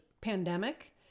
pandemic